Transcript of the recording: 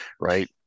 right